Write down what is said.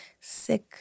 sick